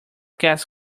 cats